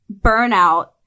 burnout